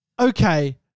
okay